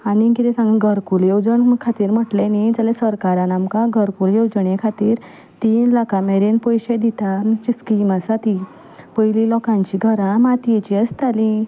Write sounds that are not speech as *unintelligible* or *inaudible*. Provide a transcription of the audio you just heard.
आनी कितें सांगू घरकुल्यो जर *unintelligible* म्हटलें न्ही जाल्यार सरकारन आमकां *unintelligible* येवजणे खातीर तीन लाखां मेरेन पयशे दिता म्हणचे स्कीम आसा ती पयलीं लोकांचीं घरां मातयेचीं आसतालीं